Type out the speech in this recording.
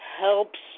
helps